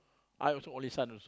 I also only son